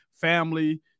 family